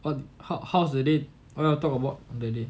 what how how was the date what you all talk about that day